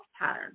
pattern